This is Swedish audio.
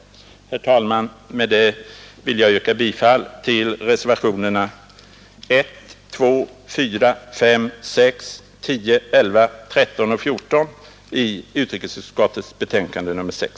Herr talman! Med detta yrkar jag bifall till reservationerna 1, 2,4, 5, 6, 10, 11, 13 och 14 vid utrikesutskottets betänkande nr 6.